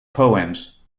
poems